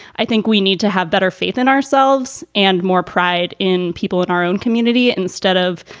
i think we need to have better faith in ourselves and more pride in people in our own community instead of,